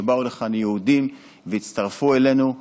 שבאו לכאן יהודים והצטרפו אלינו,